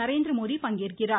நரேந்திர மோடி பங்கேற்கிறார்